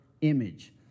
image